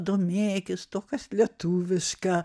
domėkis tuo kas lietuviška